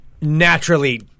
naturally